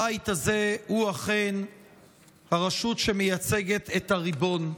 הבית הזה הוא אכן הרשות שמייצגת את הריבון,